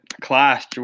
class